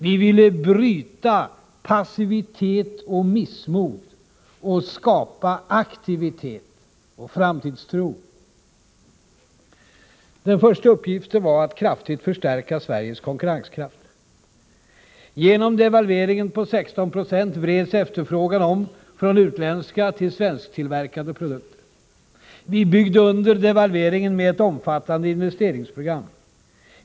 Vi ville bryta passivitet och missmod och skapa aktivitet och framtidstro. Den första uppgiften var att kraftigt förstärka Sveriges konkurrenskraft. Genom devalveringen på 16 I vreds efterfrågan om från utländska till svensktillverkade produkter. Vi byggde under devalveringen med ett omfattande investeringsprogram.